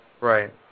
Right